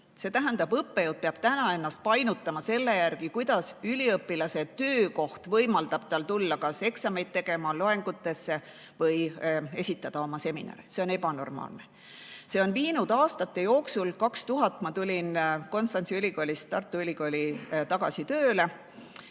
See tähendab, et õppejõud peab ennast painutama selle järgi, kuidas üliõpilase töökoht võimaldab tal tulla kas eksameid tegema, loengutesse või esitada oma seminari[tööd]. See on ebanormaalne. See on viinud aastate jooksul – 2000 tulin ma Konstanzi Ülikoolist tagasi Tartu Ülikooli tööle